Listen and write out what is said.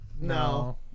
No